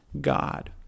God